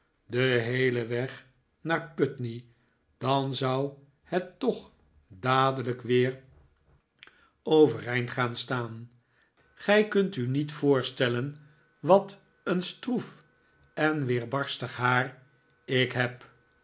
den heelen weg naar putney dan zou het toch dadelijk weer overeind gaan staan gij kunt u niet david copperfield voorstellen wat een stroef en weerbarstig haar ik heb